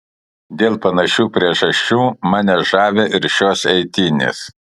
dėl panašių priežasčių mane žavi ir šios eitynės